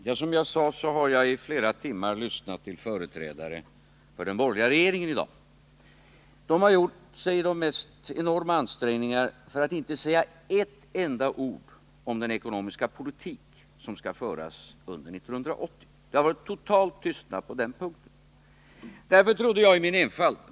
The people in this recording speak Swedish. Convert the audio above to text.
Herr talman! Jag har i flera timmar lyssnat till företrädare för den borgerliga regeringen. De har gjort enorma ansträngningar för att inte säga ett enda ord om den ekonomiska politik som skall föras under 1980. Det har varit total tystnad på den punkten.